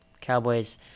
Cowboys